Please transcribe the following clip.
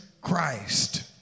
Christ